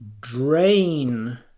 drain